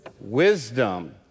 wisdom